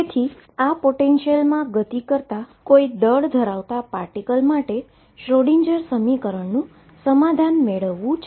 તેથી આ પોટેંશિયલ મા ગતિ કરતા કોઈ દળ ધરાવતા પાર્ટીકલ માટે શ્રોડિંજર સમીકરણનું સમાધાન મેળવવુ છે